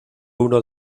uno